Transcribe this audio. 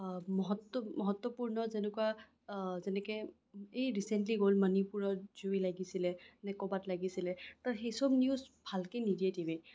মহত্ব মহত্বপূৰ্ণ যেনেকুৱা যেনেকে এই ৰিচেণ্টলি গ'ল মণিপুৰত জুই লাগিছিলে নে কবাত লাগিছিলে ত' সেইচব নিউজ ভালকে নিদিয়ে টিভিত